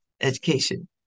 education